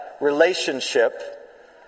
relationship